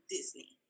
Disney